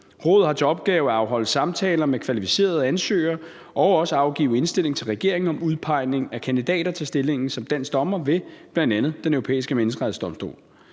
Rådet har til opgave at afholde samtaler med kvalificerede ansøgere og også at afgive indstilling til regeringen om udpegning af kandidater til stillingen som dansk dommer ved bl.a. Den Europæiske Menneskerettighedsdomstol.